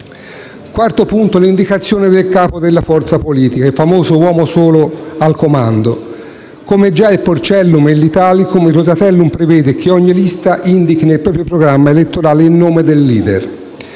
quarto punto riguarda l'indicazione del capo della forza politica, ovvero il famoso "uomo solo al comando". Come già il Porcellum e l'Italicum, il Rosatellum prevede che ogni lista indichi nel proprio programma elettorale il nome del *leader*.